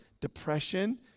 depression